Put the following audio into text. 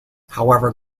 however